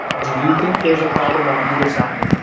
do you think there's a problem on either side?